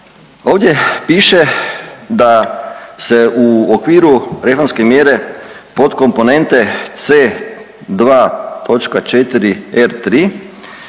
ovdje piše da se u okviru reformske mjere podkomponente C.2